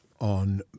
on